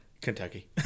Kentucky